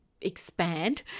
expand